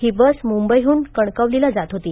ही bus मुंबईहून कणकवलीला जात होती